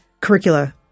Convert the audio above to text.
curricula